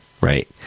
right